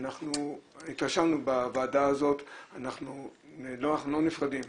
התרשמנו בוועדה הזאת ואנחנו לא נפרדים,